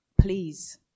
please